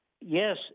Yes